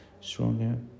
stronger